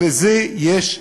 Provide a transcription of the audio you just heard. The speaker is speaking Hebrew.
לזה יש השלכות,